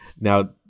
Now